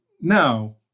now